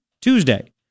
Tuesday